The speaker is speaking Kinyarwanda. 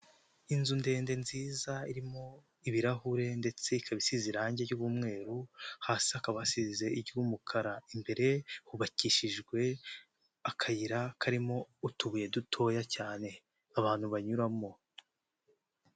Inzu ndende nziza irimo ibirahure ndetse ikaba isize irangi ry'umweru, hasi hakaba hasize irange ry'umukara, imbere hubakishijwe akayira karimo utubuye dutoya cyane abantu banyuramo.